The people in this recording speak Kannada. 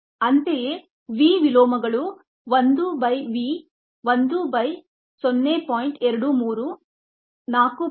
ಅಂತೆಯೇ v ವಿಲೋಮಗಳು 1 by v 1 by 0